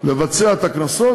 לבצע את הקנסות,